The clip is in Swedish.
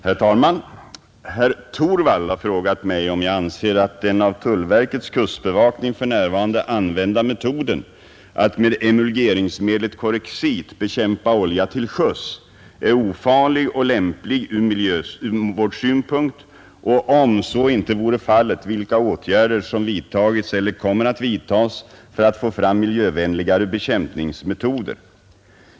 Herr talman! Herr Torwald har frågat mig om jag anser att den av tullverkets kustbevakning för närvarande använda metoden att med emulgeringsmedlet Corexit bekämpa olja till sjöss är ofarlig och lämplig ur miljövårdssynpunkt och, om så inte vore fallet, vilka åtgärder som vidtagits eller kommer att vidtas för att få fram miljövänligare bekämpningsmetoder.